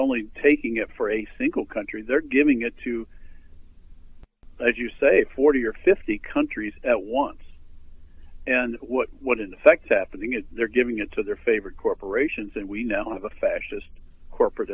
only taking it for a single country they're giving it to as you say forty or fifty countries at once and what in effect happening is they're giving it to their favorite corporations and we now have a fascist corporat